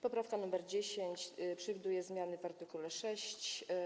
Poprawka nr 10 przewiduje zmiany w art. 6.